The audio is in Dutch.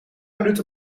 minuten